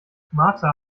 martha